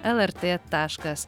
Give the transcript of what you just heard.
lrt taškas